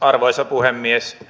arvoisa puhemies